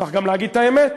צריך להגיד את האמת,